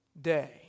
day